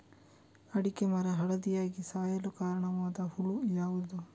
ಅಡಿಕೆ ಮರ ಹಳದಿಯಾಗಿ ಸಾಯಲು ಕಾರಣವಾದ ಹುಳು ಯಾವುದು?